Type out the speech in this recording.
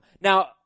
Now